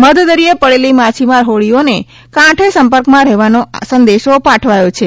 મધદરિયે પડેલી માછીમાર હોડીઓને કાંઠે સંપર્કમાં રહેવાનો સંદેશો પાઠવાયો છે